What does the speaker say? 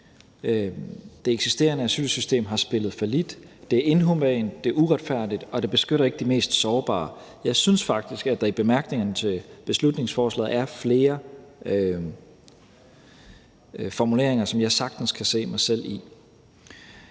Det eksisterende asylsystem har spillet fallit. Det er inhumant, det er uretfærdigt, og det beskytter ikke de mest sårbare. Jeg synes faktisk, at der i bemærkningerne til beslutningsforslaget er flere formuleringer, som jeg sagtens kan se mig selv i.